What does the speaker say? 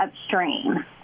upstream